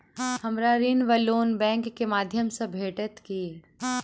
हमरा ऋण वा लोन बैंक केँ माध्यम सँ भेटत की?